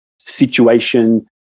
situation